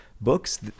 books